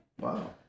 Wow